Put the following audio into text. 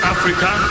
Africa